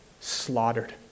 slaughtered